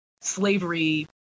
slavery